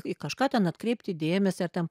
į kažką ten atkreipti dėmesį ar ten